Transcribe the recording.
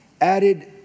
added